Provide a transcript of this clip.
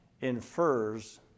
infers